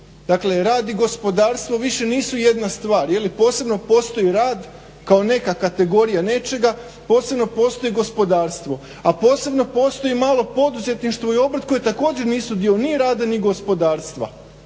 Dakle rad i gospodarstvo nisu više jedna stvar, je li, posebno postoji rad kao neka kategorija nečega. Posebno postoji gospodarstvo, a posebno postoji malo poduzetništvo i obrt koje također nisu dio ni rada ni gospodarstva.